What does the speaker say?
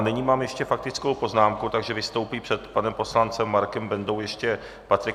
Nyní mám ještě faktickou poznámku, takže vystoupí před panem poslancem Markem Bendou ještě Patrik Nacher.